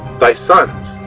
thy sons,